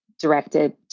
Directed